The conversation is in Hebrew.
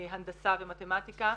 הנדסה ומתמטיקה.